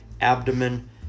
abdomen